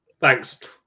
Thanks